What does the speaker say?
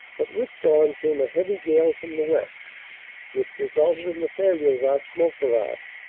but with dawn came a heavy gale from the west which resulted in the failure of our smoke barrage,